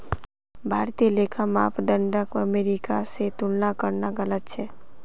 भारतीय लेखा मानदंडक अमेरिका स तुलना करना गलत छेक